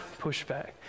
pushback